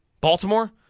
Baltimore